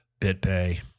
BitPay